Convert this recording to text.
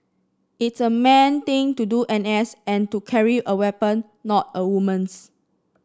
it's a man thing to do N S and to carry a weapon not a woman's